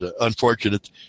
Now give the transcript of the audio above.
unfortunate